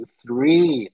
three